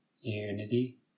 unity